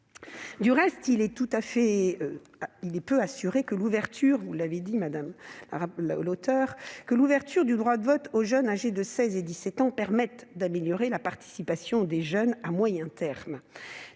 Du reste, il n'est pas tout à fait certain que l'ouverture du droit de vote aux jeunes âgés de 16 et 17 ans permette d'améliorer la participation des jeunes à moyen terme.